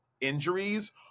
injuries